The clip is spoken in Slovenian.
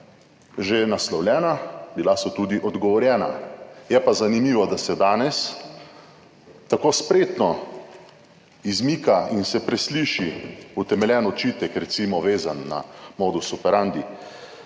že naslovljena, bila so tudi odgovorjena. Je pa zanimivo, da se danes tako spretno izmika in se presliši utemeljen očitek, recimo vezan na modus operandi